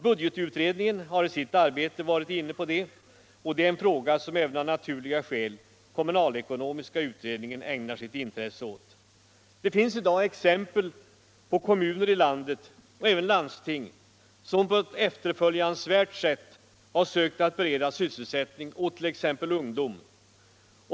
Budgetutredningen har i sitt arbete varit inne på det, och det är en fråga som även kommunalekonomiska utredningen av naturliga skäl ägnar sitt intresse åt. Det finns i dag exempel på kommuner i landet, och även landsting, som på ett efterföljansvärt sätt har sökt bereda sysselsättning åt t.ex. ungdom.